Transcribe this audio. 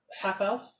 half-elf